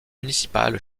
municipal